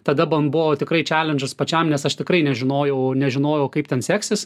tada man buvo tikrai čelendžas pačiam nes aš tikrai nežinojau nežinojau kaip ten seksis